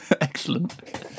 Excellent